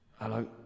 Hello